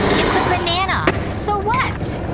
it's a banana, so what?